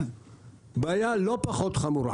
בעיה לא פחות חמורה